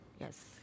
Yes